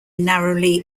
narrowly